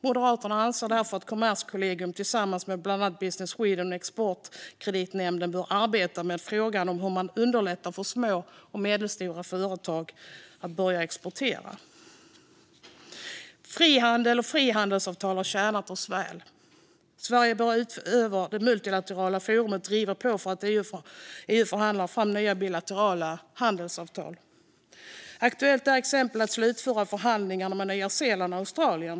Moderaterna anser därför att Kommerskollegium tillsammans med bland annat Business Sweden och Exportkreditnämnden bör arbeta med frågan om hur man underlättar för små och medelstora företag att börja exportera. Frihandel och frihandelsavtal har tjänat oss väl. Sverige bör utöver det multilaterala forumet driva på för att EU förhandlar fram nya bilaterala handelsavtal. Aktuellt är exempelvis att slutföra förhandlingarna med Nya Zeeland och Australien.